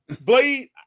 Blade